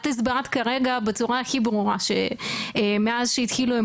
את הסברת כרגע בצורה הכי ברורה שמאז שהתחילו עם